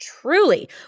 Truly